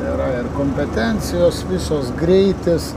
yra ir kompetencijos visos greitis